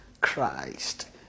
Christ